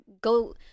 go